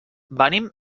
venim